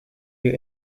you